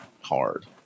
hard